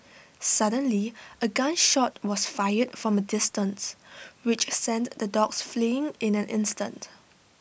suddenly A gun shot was fired from A distance which sent the dogs fleeing in an instant